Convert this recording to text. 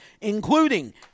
including